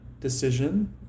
decision